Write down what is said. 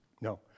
No